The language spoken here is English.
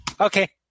Okay